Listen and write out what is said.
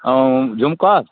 ऐं झुमिका